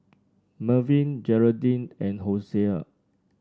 Melvyn Geraldine and Hosea